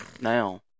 now